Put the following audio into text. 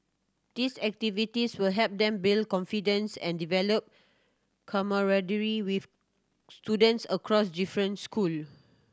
these activities will help them build confidence and develop camaraderie with students across different school